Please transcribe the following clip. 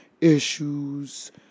issues